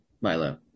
Milo